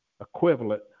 equivalent